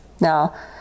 now